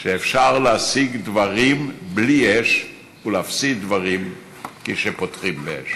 שאפשר להשיג דברים בלי אש ולהפסיד דברים כשפותחים באש?